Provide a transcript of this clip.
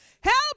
help